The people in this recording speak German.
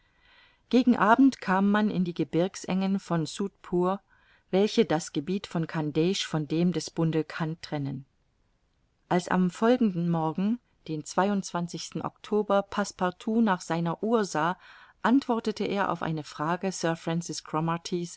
gegen abend kam man in die gebirgsengen von sutpour welche das gebiet von khandeisch von dem des bundelkund trennen als am folgenden morgen den oktober partout nach seiner uhr sah antwortete er auf eine frage